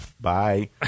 bye